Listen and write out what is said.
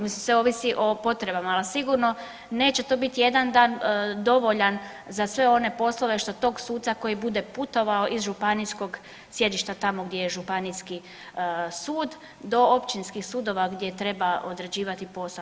Mislim sve ovisi o potrebama, al sigurno neće to bit jedan dan dovoljan za sve one poslove što tog suca koji bude putovao iz županijskog sjedišta tamo gdje je županijski sud do općinskih sudova gdje treba odrađivati posao.